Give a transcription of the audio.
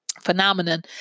phenomenon